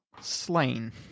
slain